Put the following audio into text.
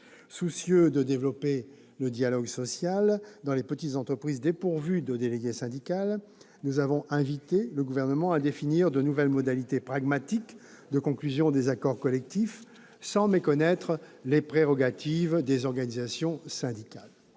Soucieux de développer le dialogue social dans les petites entreprises dépourvues de délégué syndical, nous avons par ailleurs invité le Gouvernement à définir de nouvelles modalités pragmatiques de conclusion des accords collectifs, sans méconnaître les prérogatives des organisations syndicales.